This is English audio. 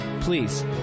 Please